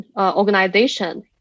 organization